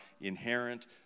inherent